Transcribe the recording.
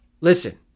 Listen